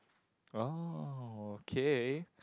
oh okay